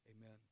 amen